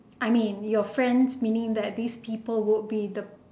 I mean your friends meaning that these people would be the